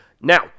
Now